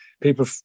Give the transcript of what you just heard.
people